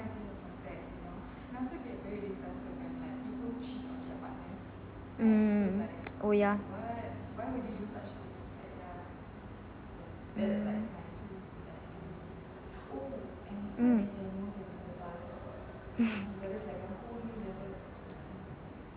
mm oh ya mm mm